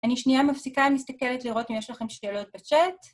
אני שנייה מפסיקה, מסתכלת לראות אם יש לכם שאלות בצ'אט.